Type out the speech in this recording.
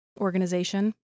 organization